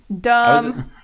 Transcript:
Dumb